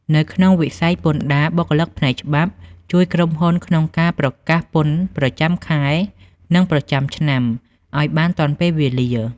នៅក្នុងវិស័យពន្ធដារ បុគ្គលិកផ្នែកច្បាប់ជួយក្រុមហ៊ុនក្នុងការប្រកាសពន្ធប្រចាំខែ និងប្រចាំឆ្នាំឱ្យបានទាន់ពេលវេលា។